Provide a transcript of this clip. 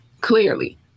Clearly